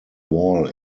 wall